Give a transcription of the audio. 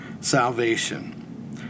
salvation